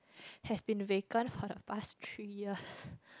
has been vacant for the past three years